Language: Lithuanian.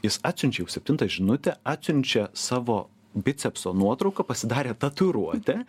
jis atsiunčia jau septintą žinutę atsiunčia savo bicepso nuotrauką pasidarė tatuiruotę